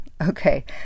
Okay